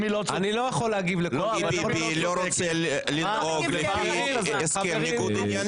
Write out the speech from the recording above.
אני לא יכול להגיב לכל --- כי ביבי לנהוג לפי הסכם ניגוד עניינים.